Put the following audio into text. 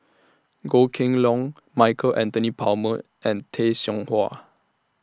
Goh Kheng Long Michael Anthony Palmer and Tay Seow Huah